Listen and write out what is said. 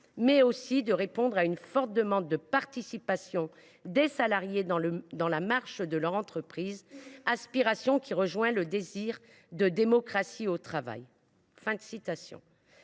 mais aussi de répondre à une forte demande de participation des salariés dans la marche de leur entreprise, aspiration qui rejoint le désir de démocratie au travail.